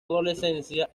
adolescencia